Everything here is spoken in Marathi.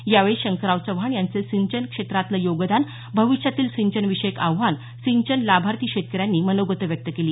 यावेळी शंकरराव चव्हाण यांचे सिंचन क्षेत्रातील योगदान भविष्यातील सिंचन विषयक आव्हान सिंचन लाभार्थी शेतकऱ्यांनी मनोगत व्यक्त केली